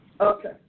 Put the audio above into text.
Okay